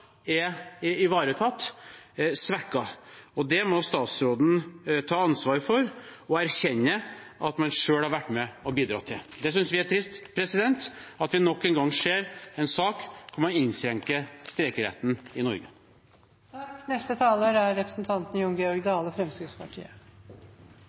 er ivaretatt, er svekket. Det må statsråden ta ansvar for og erkjenne at man selv har vært med og bidratt til. Det synes vi er trist, at vi nok en gang ser en sak der man innskrenker streikeretten i